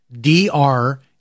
D-R